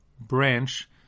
branch